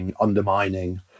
undermining